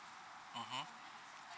mmhmm